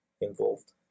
involved